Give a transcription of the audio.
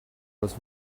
was